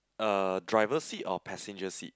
uh driver seat or passenger seat